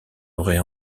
aurait